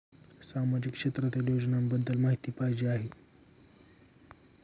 सामाजिक क्षेत्रातील योजनाबद्दल माहिती पाहिजे आहे?